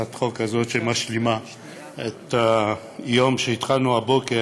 החוק הזאת שמשלימה את מה שהתחלנו הבוקר